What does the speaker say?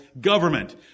government